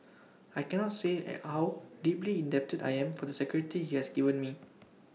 I cannot say and how deeply indebted I am for the security he has given me